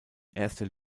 erster